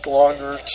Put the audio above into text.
longer